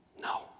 No